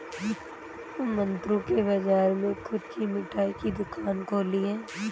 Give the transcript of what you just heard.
मन्नू ने बाजार में खुद की मिठाई की दुकान खोली है